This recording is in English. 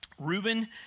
Reuben